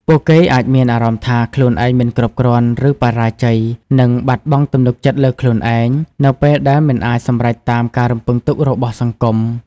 ពួកគេអាចមានអារម្មណ៍ថាខ្លួនឯងមិនគ្រប់គ្រាន់ ឬបរាជ័យ និងបាត់បង់ទំនុកចិត្តលើខ្លួនឯង នៅពេលដែលមិនអាចសម្រេចតាមការរំពឹងទុករបស់សង្គម ។